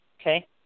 Okay